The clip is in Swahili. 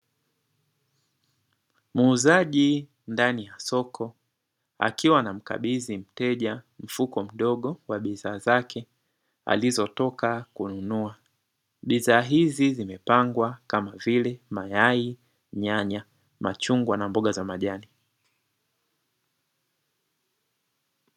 Muuzaji ndani ya soko akiwa ana mkabidhi mteja mfuko mdogo wa bidhaa zake alizotoka kununua, bidhaa hizi zimepangwa kama vile mayai, nyanya, machungwa, na mboga za majani.